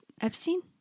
Epstein